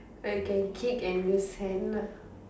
like can kick and use hand ah